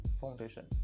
Foundation